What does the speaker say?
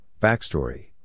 backstory